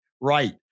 right